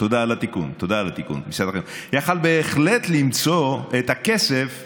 יכול בהחלט למצוא את הכסף לחנוכה,